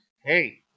Hey